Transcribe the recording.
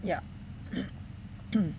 ya